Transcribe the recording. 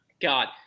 God